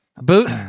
Boot